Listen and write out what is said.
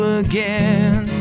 again